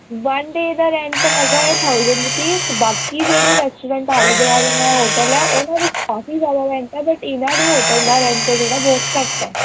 one day ਦਾ rent ਹੈਗਾ ਏ ਥਾਉਸੰਡ ਰੁਪੀਸ ਬਾਕੀ ਜਿਹੜੇ ਰੈਸਟੂਰੈਂਟ ਆਲ਼ੇ ਦੁਆਲੇ ਹੈ ਹੋਟਲ ਏ ਉਹਨਾਂ 'ਚ ਕਾਫੀ ਜਿਹੜਾ ਰੈਂਟ ਏ ਪਰ ਇਹਨਾਂ ਦੇ ਹੋਟਲ ਦਾ ਰੇਟ ਏ ਜਿਹੜਾ ਬਹੁਤ ਘੱਟ ਹੈ